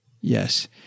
Yes